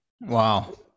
wow